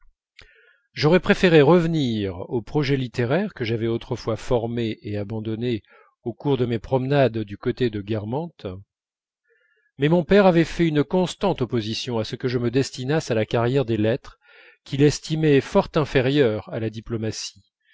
j'aurais préféré revenir aux projets littéraires que j'avais autrefois formés et abandonnés au cours de mes promenades du côté de guermantes mais mon père avait fait une constante opposition à ce que je me destinasse à la carrière des lettres qu'il estimait fort inférieure à la diplomatie